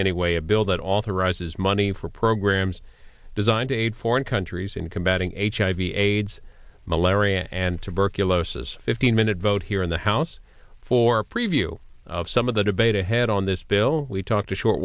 anyway a bill that authorizes money for programs designed aid foreign countries in combating aids hiv aids malaria and tuberculosis fifteen minute vote here in the house for a preview of some of the debate ahead on this bill we talked a short